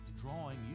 drawing